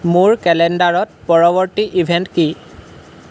মোৰ কেলেণ্ডাৰত পৰৱৰ্তী ইভেণ্ট কি